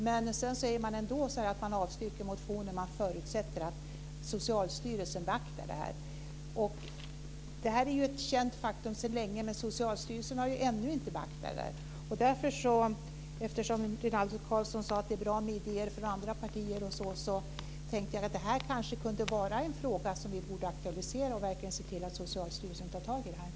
Men sedan avstyrkte utskottet motionen och förutsatte att Socialstyrelsen beaktade detta, men det har man ännu inte gjort. Rinaldo Karlsson sade att det är bra med idéer från andra partier. Då tänkte jag att detta kanske vore en fråga som vi borde aktualisera och se till att Socialstyrelsen tar tag i den.